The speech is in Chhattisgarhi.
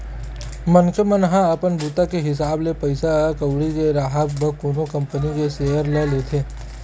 मनखे मन ह अपन बूता के हिसाब ले पइसा कउड़ी के राहब म कोनो कंपनी के सेयर ल लेथे